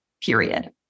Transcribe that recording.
period